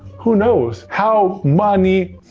who knows? how money